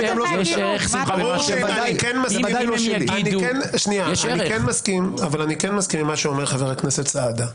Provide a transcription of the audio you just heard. --- אני כן מסכים עם מה שאומר חבר הכנסת סעדה,